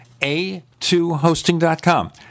a2hosting.com